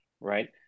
right